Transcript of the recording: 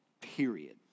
period